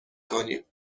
کنیم